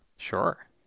Sure